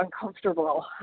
uncomfortable